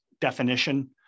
definition